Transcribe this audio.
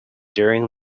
during